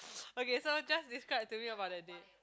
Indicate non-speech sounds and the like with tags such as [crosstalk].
[noise] okay so just describe to me about that date